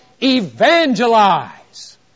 Evangelize